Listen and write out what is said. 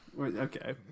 okay